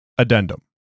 Addendum